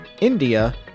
India